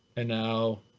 and now